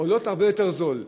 הם הרבה יותר זולים,